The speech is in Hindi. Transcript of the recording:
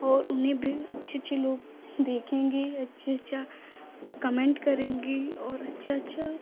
और उन्हें भी अच्छे अच्छे लोग देखेंगे अच्छे अच्छा कमेन्ट करेंगे और अच्छा अच्छा